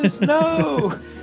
no